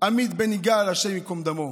עמית בן יגאל, השם ייקום דמו.